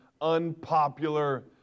unpopular